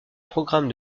programme